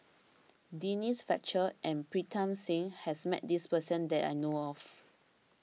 Denise Fletcher and Pritam Singh has met this person that I know of